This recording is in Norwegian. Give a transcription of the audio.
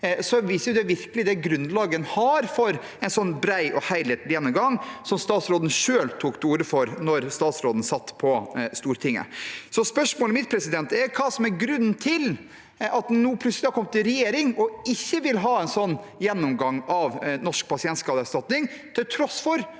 viser det virkelig grunnlaget en har for en sånn bred og helhetlig gjennomgang, som statsråden selv tok til orde for da hun satt på Stortinget. Spørsmålet mitt er hva som er grunnen til at en nå har kommet i regjering og plutselig ikke vil ha en sånn gjennomgang av Norsk pasientskadeerstatning, til tross for